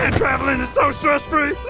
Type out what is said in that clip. and traveling and is so stress-free